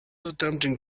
attempting